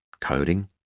coding